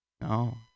no